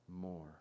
more